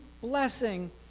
blessing